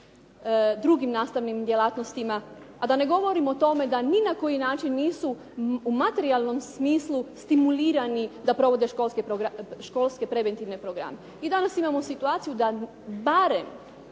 drugim nastavnim djelatnostima, a da ne govorimo o tome da ni na koji način nisu u materijalnom smislu stimulirani da provode školske preventivne programe. I danas imamo situaciju da barem